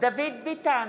דוד ביטן,